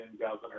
governor